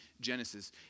Genesis